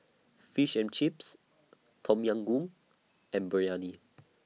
Fish and Chips Tom Yam Goong and Biryani